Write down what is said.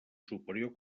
superior